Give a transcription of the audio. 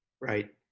right